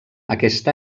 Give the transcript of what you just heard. aquest